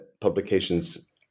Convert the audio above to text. publications